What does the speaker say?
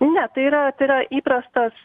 ne tai yra tai yra įprastas